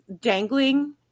dangling